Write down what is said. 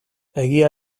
egia